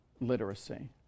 Literacy